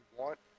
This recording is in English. want